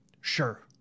sure